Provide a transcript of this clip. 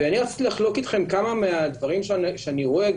ואני רציתי לחלוק איתכם כמה מהדברים שאני רואה,